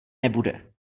nebude